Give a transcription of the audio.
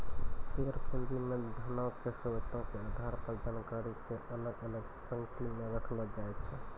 share पूंजी मे धनो के स्रोतो के आधार पर जानकारी के अलग अलग पंक्ति मे रखलो जाय छै